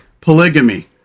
polygamy